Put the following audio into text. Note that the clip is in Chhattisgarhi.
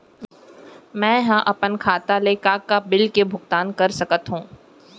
मैं ह अपन खाता ले का का बिल के भुगतान कर सकत हो